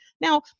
Now